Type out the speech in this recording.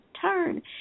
Turn